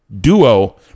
duo